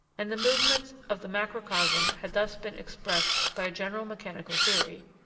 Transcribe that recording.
and the movements of the macrocosm had thus been expressed by a general mechanical theory,